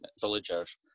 villagers